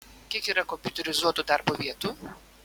kiek yra kompiuterizuotų darbo vietų